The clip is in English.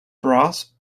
brass